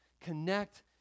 connect